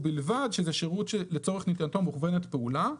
ובלבד שזה שירות שלצורך נתינתו מוכוונת פעולה,